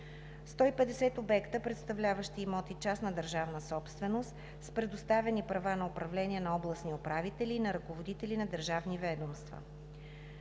150 обекта, представляващи имоти частна държавна собственост, с предоставени права на управление на областни управители и на ръководители на държавни ведомства.